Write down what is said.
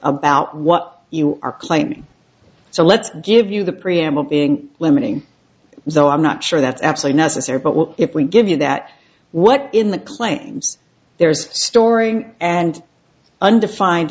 about what you are claiming so let's give you the preamble being limiting though i'm not sure that's actually necessary but what if we give you that what in the claims there's story and undefined